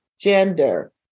gender